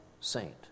saint